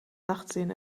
nachtsehen